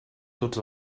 tots